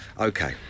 Okay